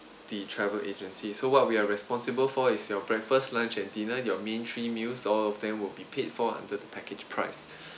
the travel agency so what we are responsible for is your breakfast lunch and dinner your main three meals all of them will be paid for under the packaged price